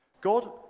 God